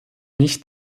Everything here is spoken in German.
nicht